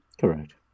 Correct